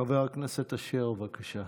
חבר הכנסת אשר, בבקשה.